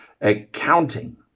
accounting